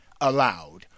Allowed